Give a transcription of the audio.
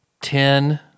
Ten